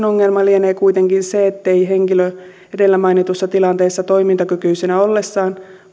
ongelma lienee kuitenkin se ettei henkilö edellä mainituissa tilanteissa toimintakykyisenä ollessaan